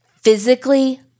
Physically